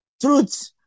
Truth